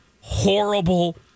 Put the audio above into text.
horrible